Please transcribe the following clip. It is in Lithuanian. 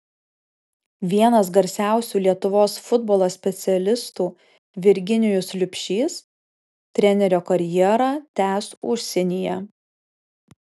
vienas garsiausių lietuvos futbolo specialistų virginijus liubšys trenerio karjerą tęs užsienyje